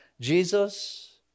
Jesus